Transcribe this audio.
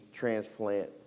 transplant